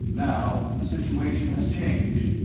now the situation has changed.